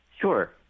Sure